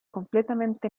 completamente